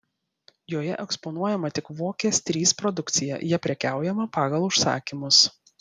joje eksponuojama tik vokės iii produkcija ja prekiaujama pagal užsakymus